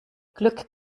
glück